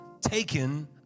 taken